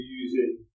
using